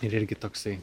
ir irgi toksai